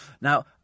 Now